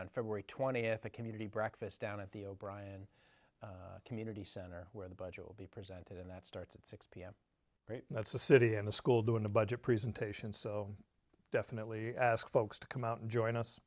on february twentieth a community breakfast down at the o'brien community center where the budget will be presented and that starts at six pm that's the city in the school doing a budget presentation so definitely ask folks to come out and join us